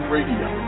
Radio